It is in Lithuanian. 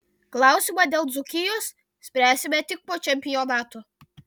klausimą dėl dzūkijos spręsime tik po čempionato